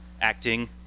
acting